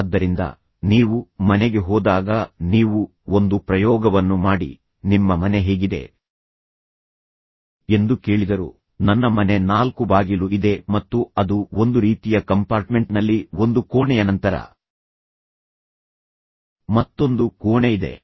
ಆದ್ದರಿಂದ ನೀವು ಮನೆಗೆ ಹೋದಾಗ ನೀವು ಒಂದು ಪ್ರಯೋಗವನ್ನು ಮಾಡಿ ನಿಮ್ಮ ಮನೆ ಹೇಗಿದೆ ಎಂದು ಕೇಳಿದರು ನನ್ನ ಮನೆ ನಾಲ್ಕು ಬಾಗಿಲು ಇದೆ ಮತ್ತು ಅದು ಒಂದು ರೀತಿಯ ಕಂಪಾರ್ಟ್ಮೆಂಟ್ನಲ್ಲಿ ಒಂದು ಕೋಣೆಯ ನಂತರ ಮತ್ತೊಂದು ಕೋಣೆ ಇದೆ